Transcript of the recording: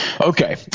Okay